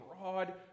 broad